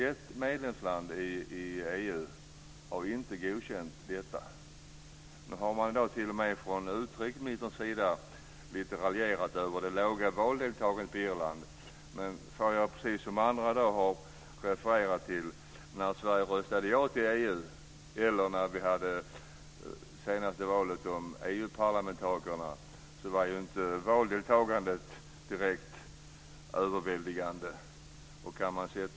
Ett medlemsland i EU har inte godkänt fördraget. Utrikesministern raljerade i dag över det låga valdeltagandet på Irland. Men när Sverige röstade ja till EU eller när vi valde EU parlamentariker senast var valdeltagandet inte direkt överväldigande, som andra i dag har refererat till.